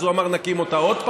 אז הוא אמר: נקים אותה עוד פעם.